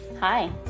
Hi